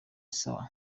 sawa